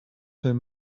him